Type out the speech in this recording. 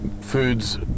foods